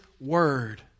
Word